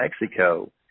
Mexico